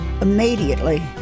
immediately